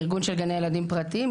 ארגון של גני ילדים פרטיים,